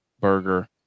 burger